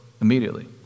immediately